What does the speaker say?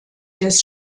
des